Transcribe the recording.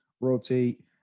rotate